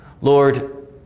Lord